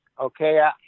okay